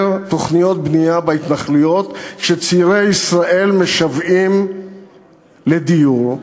תוכניות בנייה בהתנחלויות כשצעירי ישראל משוועים לדיור.